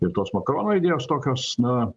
ir tos makrono idėjos tokios na